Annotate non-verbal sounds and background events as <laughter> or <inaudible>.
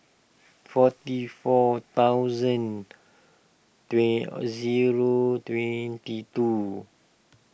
forty four thousand <unintelligible> a zero twenty two